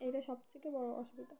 এটা সবথেকে বড়ো অসুবিধা